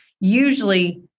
Usually